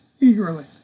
eagerly